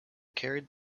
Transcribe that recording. carried